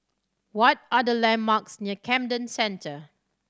what are the landmarks near Camden Centre